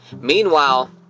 Meanwhile